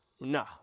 Nah